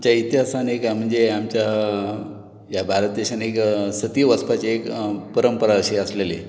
आमच्या इतिहासांत एक म्हणजे आमच्या ह्या भारत देशांत एक सती वचपाची एक परंपरा अशी आसलेली